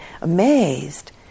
amazed